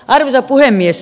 arvoisa puhemies